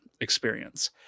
experience